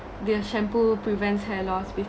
the shampoo prevents hair loss with